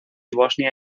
bosnia